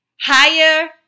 higher